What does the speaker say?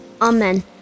amen